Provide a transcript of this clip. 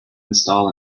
install